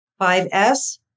5S